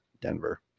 denver